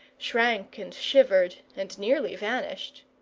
shrank and shivered, and nearly vanished.